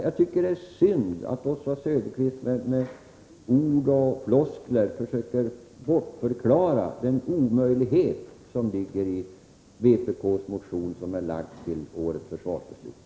Jag tycker det är synd att Oswald Söderqvist med hårda ord och floskler försöker bortförklara den omöjlighet som ligger i vpk:s motion i anslutning till årets försvarsproposition.